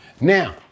Now